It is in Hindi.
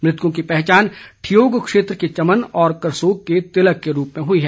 मृतकों की पहचान ठियोग क्षेत्र के चमन और करसोग के तिलक के रूप में हुई है